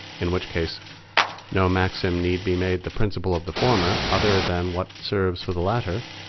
in which case no maxim need be made the principle of the former, other than what serves for the latter